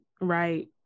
right